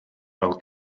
fel